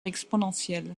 exponentielle